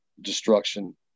destruction